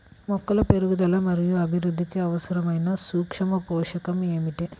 మొక్కల పెరుగుదల మరియు అభివృద్ధికి అవసరమైన సూక్ష్మ పోషకం ఏమిటి?